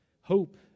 hope